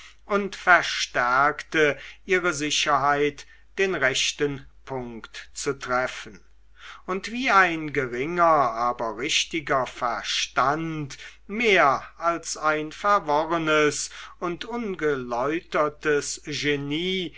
und verstärkte ihre sicherheit den rechten punkt zu treffen und wie ein geringer aber richtiger verstand mehr als ein verworrenes und ungeläutertes genie